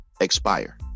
expire